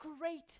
great